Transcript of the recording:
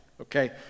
okay